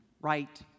right